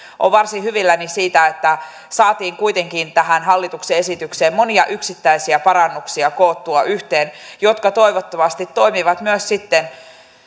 olen varsin hyvilläni siitä että saatiin kuitenkin tähän hallituksen esitykseen monia yksittäisiä parannuksia jotka toivottavasti toimivat myös sitten